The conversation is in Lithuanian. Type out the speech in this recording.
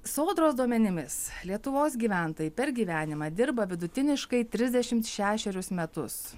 sodros duomenimis lietuvos gyventojai per gyvenimą dirba vidutiniškai trisdešimt šešerius metus